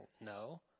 No